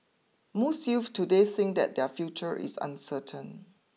most youths today think that their future is uncertain